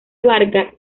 abarca